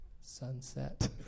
Sunset